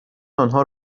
آنها